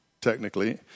technically